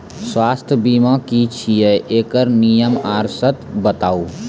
स्वास्थ्य बीमा की छियै? एकरऽ नियम आर सर्त बताऊ?